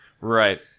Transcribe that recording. right